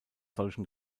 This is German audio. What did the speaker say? solchen